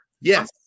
Yes